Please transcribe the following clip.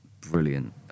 brilliant